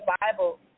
Bible